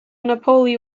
napoli